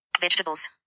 Vegetables